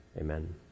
Amen